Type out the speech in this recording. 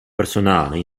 personale